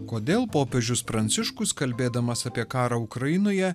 kodėl popiežius pranciškus kalbėdamas apie karą ukrainoje